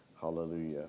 Hallelujah